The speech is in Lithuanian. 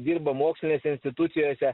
dirba mokslinėse institucijose